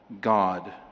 God